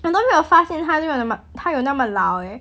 我都没有发现它就它有那么老 eh